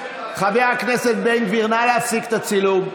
חבר הכנסת בן גביר, נא להפסיק את הצילום.